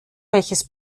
welches